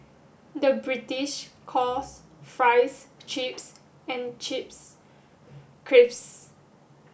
the British calls fries chips and chips crisps